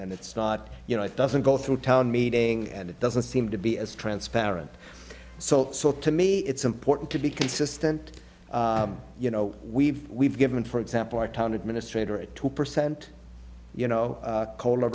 and it's not you know it doesn't go through town meeting and it doesn't seem to be as transparent so to me it's important to be consistent you know we've we've given for example our town administrator at two percent you know